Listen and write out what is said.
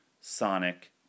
Sonic